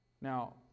Now